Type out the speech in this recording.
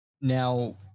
now